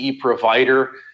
provider